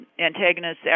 antagonists